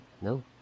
No